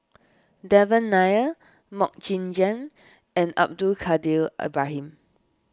Devan Nair Mok Ying Jang and Abdul Kadir Ibrahim